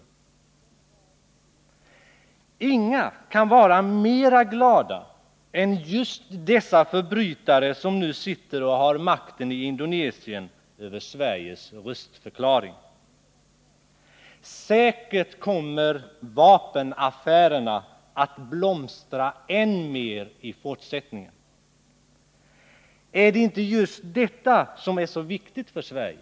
Inga kan vara mer glada än just dessa förbrytare, som nu sitter och har makten i Indonesien, över Sveriges röstförklaring. Säkert kommer vapenaffärerna att blomstra än mer i fortsättningen. Är det inte just detta som är så viktigt för Sverige?